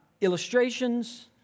illustrations